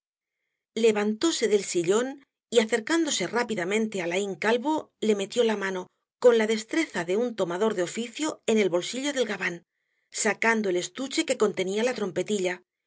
levantóse del sillón y acercándose rápidamente á laín calvo le metió la mano con la destreza de un tomador de oficio en el bolsillo del gabán sacando el estuche que contenía la trompetilla y